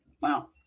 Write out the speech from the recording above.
wow